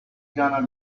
gonna